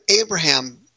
Abraham